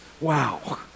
wow